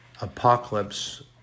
Apocalypse